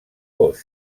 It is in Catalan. coix